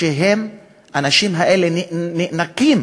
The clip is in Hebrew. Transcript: האנשים האלה נאנקים